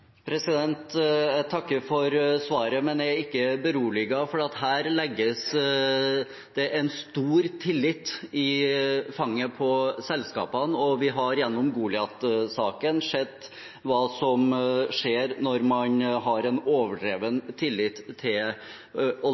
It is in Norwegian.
Jeg takker for svaret, men jeg er ikke beroliget, for her legges det en stor tillit i fanget på selskapene, og vi har i Goliat-saken sett hva som skjer når man har en overdreven tillit til